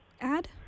add